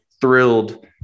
thrilled